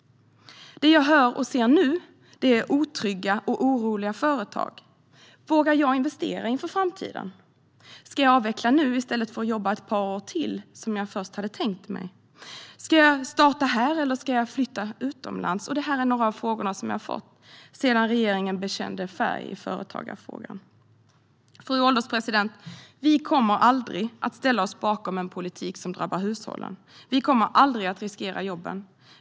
Det jag hör och ser nu är otrygga och oroliga företag. Vågar man investera inför framtiden? Ska man avveckla nu i stället för att jobba ett par år till, som man först hade tänkt sig? Ska man starta här, eller ska man flytta utomlands? Det är några av de frågor jag har fått sedan regeringen bekände färg i företagarfrågan. Fru ålderspresident! Vi kommer aldrig att ställa oss bakom en politik som drabbar hushållen. Vi kommer aldrig att riskera jobben.